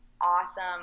awesome